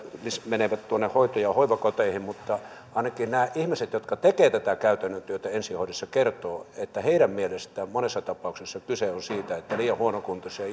menevät tuonne hoito ja hoivakoteihin mutta ainakin nämä ihmiset jotka tekevät tätä käytännön työtä ensihoidossa kertovat että heidän mielestään monessa tapauksessa kyse on siitä että liian huonokuntoisia